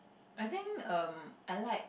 I think um I like